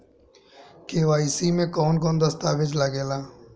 KYC में कवन कवन दस्तावेज लागे ला?